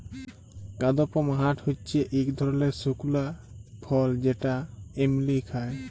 কাদপমহাট হচ্যে ইক ধরলের শুকলা ফল যেটা এমলি খায়